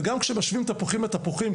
וגם כשמשווים תפוחים לתפוחים,